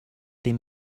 they